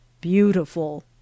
beautiful